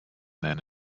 than